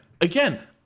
again